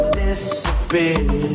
disappear